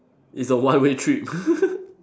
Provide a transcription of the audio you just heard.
it's a one way trip